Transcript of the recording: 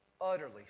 utterly